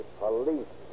police